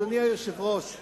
אדוני היושב-ראש,